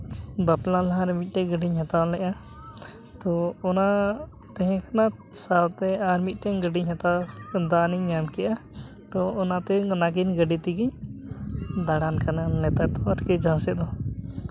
ᱵᱟᱯᱞᱟ ᱞᱟᱦᱟᱨᱮ ᱢᱤᱫᱴᱮᱱ ᱜᱟᱹᱰᱤᱧ ᱦᱟᱛᱟᱣ ᱞᱮᱫᱼᱟ ᱛᱳ ᱚᱱᱟ ᱛᱟᱦᱮᱸ ᱠᱟᱱᱟ ᱥᱟᱶᱛᱮ ᱟᱨ ᱢᱤᱫᱴᱮᱱ ᱜᱟᱹᱰᱤᱧ ᱦᱟᱛᱟᱣ ᱠᱮᱫᱟ ᱫᱟᱱ ᱤᱧ ᱧᱢ ᱠᱮᱫᱼᱟ ᱛᱳ ᱚᱱᱟᱛᱮ ᱚᱱᱟᱠᱤᱱ ᱜᱟᱹᱰᱤ ᱛᱮᱜᱮ ᱫᱟᱬᱟᱱ ᱠᱟᱱᱟ ᱱᱮᱛᱟᱨ ᱫᱚ ᱟᱨᱠᱤ ᱡᱟᱦᱟᱸ ᱥᱮᱫ